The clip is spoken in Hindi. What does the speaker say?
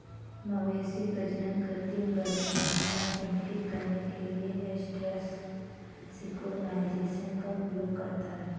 मवेशी प्रजनन कृत्रिम गर्भाधान यह इंगित करने के लिए एस्ट्रस सिंक्रोनाइज़ेशन का उपयोग करता है